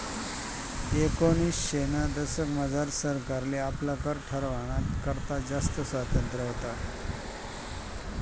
एकोनिसशेना दशकमझार सरकारले आपला कर ठरावाना करता जास्त स्वातंत्र्य व्हतं